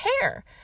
hair